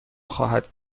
خواهد